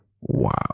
wow